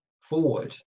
forward